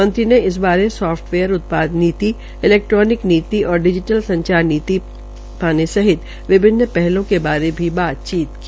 मंत्री ने इस बारे साफ्टवेयर उप्ताद नीति इलैक्ट्प्निक नीति और डिजीटल संचार नीति लाने सहित विभिन्न पहलों के बारे भी बात की